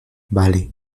vale